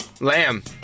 Lamb